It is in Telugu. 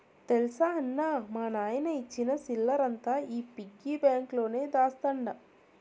తెల్సా అన్నా, మా నాయన ఇచ్చిన సిల్లరంతా ఈ పిగ్గి బాంక్ లోనే దాస్తండ